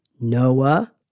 Noah